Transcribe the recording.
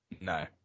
No